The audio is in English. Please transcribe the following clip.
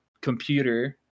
computer